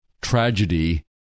tragedy